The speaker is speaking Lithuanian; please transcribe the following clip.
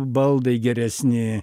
baldai geresni